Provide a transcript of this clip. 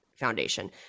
foundation